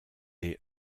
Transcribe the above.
les